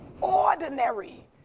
ordinary